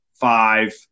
five